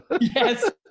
Yes